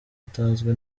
utazwi